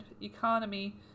economy